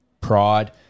pride